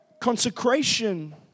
consecration